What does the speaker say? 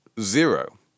zero